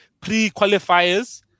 pre-qualifiers